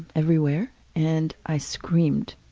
everywhere and i screamed.